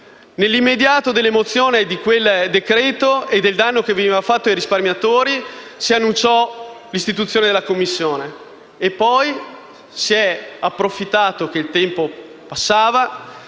Nell'immediato dell'emozione di quel decreto-legge e del danno che veniva arrecato ai risparmiatori, si annunciò l'istituzione della Commissione e poi si è approfittato del fatto che il tempo che passava,